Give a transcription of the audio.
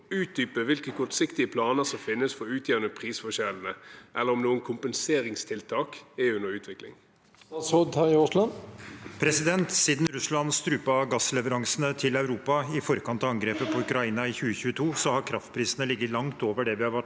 utdype hvilke kortsiktige planer som finnes for å utjevne prisforskjellene, eller om noen kompenseringstiltak er under utvikling?» Statsråd Terje Aasland Siden Russland strupte gassleveransene til Europa i forkant av angrepet på Ukraina i 2022, har kraftprisene ligget langt over det vi har vært